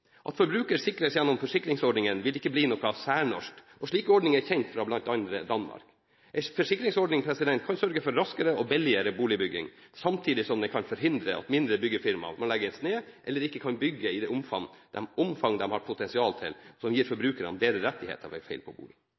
At forbruker sikres gjennom forsikringsordninger, vil ikke bli noe særnorsk, slike ordninger er kjent fra bl.a. Danmark. En forsikringsordning kan sørge for raskere og billigere boligbygging, samtidig som den kan forhindre at mindre byggefirmaer må legge ned eller ikke kan bygge i det omfang de har potensial til, og som gir forbrukerne bedre rettigheter ved feil på bolig.